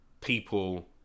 people